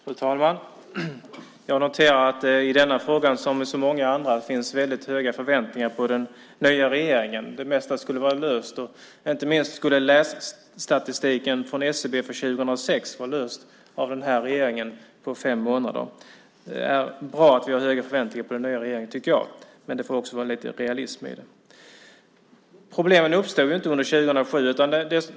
Fru talman! Jag noterar att det i denna som i så många andra frågor finns väldigt höga förväntningar på den nya regeringen. Det mesta skulle vara löst, och inte minst skulle problemet som lässtatistiken från SCB för 2006 visar vara löst av den här regeringen på fem månader. Det är bra att vi har höga förväntningar på den nya regeringen, tycker jag, men det får också vara lite realism i dem. Problemen har inte uppstått under 2007.